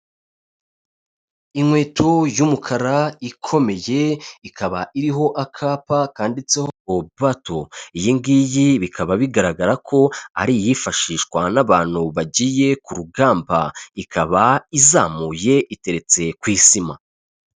Inkweto y'umukara ikomeye ikaba iriho akapa kanditseho o bato, iyi ngiyi bikaba bigaragara ko ari iyifashishwa n'abantu bagiye ku rugamba, ikaba izamuye iteretse ku isima.